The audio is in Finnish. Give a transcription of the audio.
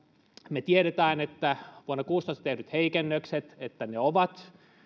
me tiedämme että vuonna kuusitoista tehdyt heikennykset ovat